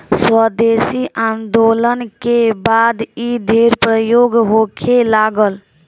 स्वदेशी आन्दोलन के बाद इ ढेर प्रयोग होखे लागल